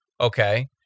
okay